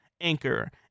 Anchor